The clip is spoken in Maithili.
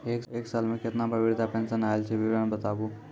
एक साल मे केतना बार वृद्धा पेंशन आयल छै विवरन बताबू?